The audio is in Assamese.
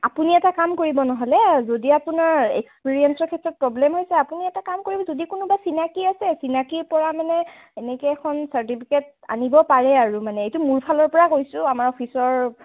আপুনি এটা কাম কৰিব নহ'লে যদি আপোনাৰ এক্সপিৰিয়েঞ্চৰ ক্ষেত্ৰত প্ৰব্লেম হৈছে আপুনি এটা কাম কৰিব যদি কোনোবা চিনাকী আছে চিনাকীৰ পৰা মানে এনেকৈ এখন চাৰ্টিফিকেট আনিব পাৰে আৰু মানে এইটো মোৰ ফালৰ পৰা কৈছোঁ আমাৰ অফিচৰ